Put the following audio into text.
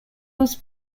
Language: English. was